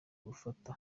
gufata